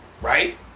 right